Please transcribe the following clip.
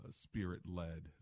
spirit-led